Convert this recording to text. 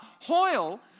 Hoyle